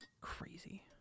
Crazy